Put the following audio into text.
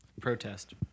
Protest